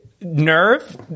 nerve